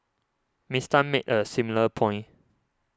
Miss Tan made a similar point